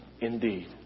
indeed